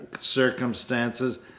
circumstances